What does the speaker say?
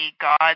God